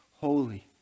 Holy